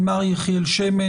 מר יחיאל שמן.